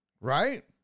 Right